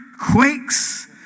quakes